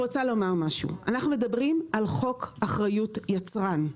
אנחנו מדברים על חוק אחריות יצרן.